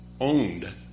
owned